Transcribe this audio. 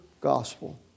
gospel